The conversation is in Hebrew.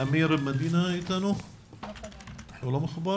היינו בדיון לפני חודש, חלק מהנושאים חוזרים.